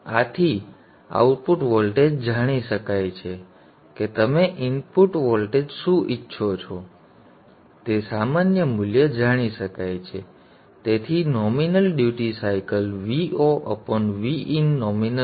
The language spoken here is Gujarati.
આથી આઉટપુટ વોલ્ટેજ જાણી શકાય છે કે તમે ઇનપુટ વોલ્ટેજ શું ઇચ્છો છો તે સામાન્ય મૂલ્ય જાણી શકાય છે તેથી nominal duty cycle VoVin nominal હશે